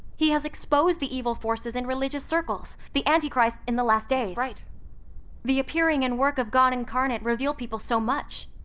he has exposed the evil forces in religious circles, the antichrists in the last days. the appearing and work of god incarnate reveal people so much.